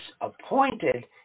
appointed